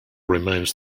remains